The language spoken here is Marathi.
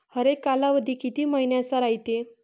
हरेक कालावधी किती मइन्याचा रायते?